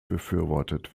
befürwortet